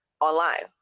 online